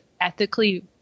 ethically